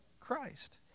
Christ